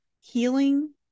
healing